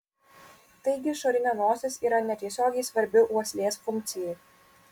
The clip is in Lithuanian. taigi išorinė nosis yra netiesiogiai svarbi uoslės funkcijai